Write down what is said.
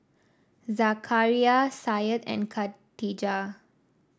Zakaria Syed and Katijah